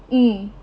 mm